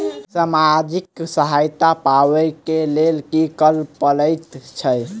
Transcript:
सामाजिक सहायता पाबै केँ लेल की करऽ पड़तै छी?